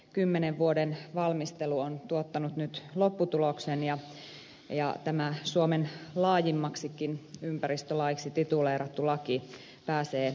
kymmenen vuoden valmistelu on tuottanut nyt lopputuloksen ja tämä suomen laajimmaksikin ympäristölaiksi tituleerattu laki pääsee uudistukseen